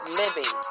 living